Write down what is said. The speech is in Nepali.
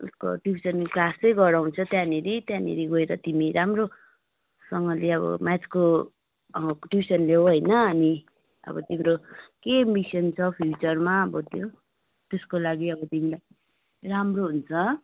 उसको ट्युसन क्लासै गराउँछ त्यहाँनिर त्यहाँनिर गएर तिमी राम्रोसँगले अब म्याथको ट्युसन लिनु होइन अनि अब तिम्रो के मिसन छ फ्युचरमा अब त्यो त्यसको लागि अब तिमीलाई राम्रो हुन्छ